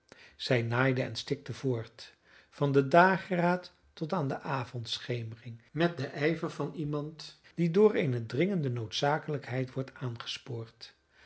zij naaide en stikte voort van den dageraad tot aan de avondschemering met den ijver van iemand die door eene dringende noodzakelijkheid wordt aangespoord